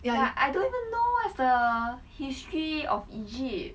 ya I don't even know what is the history of egypt